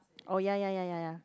oh ya ya ya ya ya